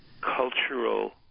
cultural